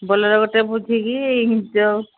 Bolero ଗୋଟେ ବୁଝିକି ଯେଉଁ